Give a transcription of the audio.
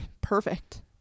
Perfect